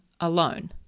alone